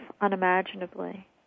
unimaginably